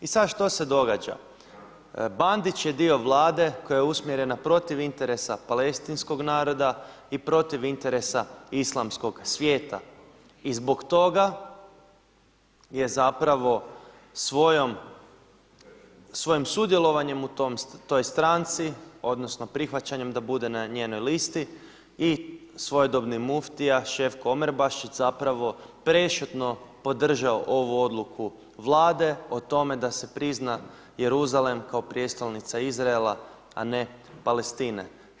I sada što se događa, Bandić je dio Vlade koja je usmjerena protiv interesa palestinskog naroda i protiv interesa islamskoj svijeta i zbog toga je svojim sudjelovanjem u toj stranci odnosno prihvaćanjem da bude na njenoj listi i svojedobni muftija Ševko Omerbašić prešutno podržao ovu odluku Vlada o tome da se prizna Jeruzalem kao prijestolnica Izraela, a ne Palestine.